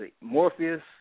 Morpheus